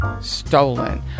stolen